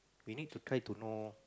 we need to try to know